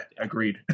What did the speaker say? agreed